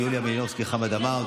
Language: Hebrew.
יוליה מלינובסקי וחמד עמאר,